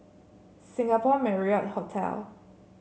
Singapore Marriott Hotel